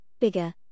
bigger